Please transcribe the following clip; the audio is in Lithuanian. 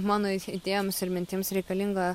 mano idėjoms ir mintims reikalinga